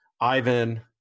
Ivan